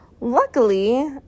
luckily